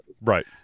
right